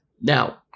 Now